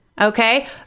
okay